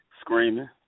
screaming